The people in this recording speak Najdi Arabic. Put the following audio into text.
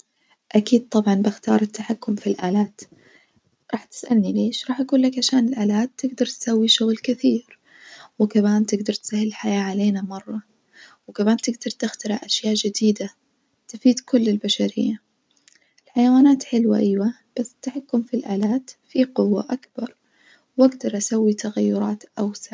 أكيد طبعًا بختار التحكم في الآلات راح تسألني ليش راح أجولك عشان الآلات تجدر تسوي شغل كثير، وكمان تجدر تسهل الحياة علينا مرة، وكمان تجدر تخترع أشياء جديدة تفيد كل البشرية، الحيوانات حلوة أيوة بس التحكم في الآلات فيه قوة أكبر وأجدر أسوي تغيرات أوسع.